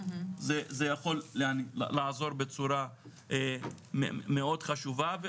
זה יכול לעזור בצורה מאוד חשובה.